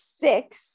six